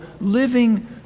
living